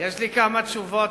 כמה תשובות.